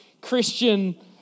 Christian